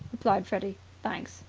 replied freddy. thanks.